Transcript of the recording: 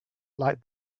like